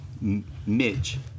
Midge